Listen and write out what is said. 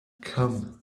come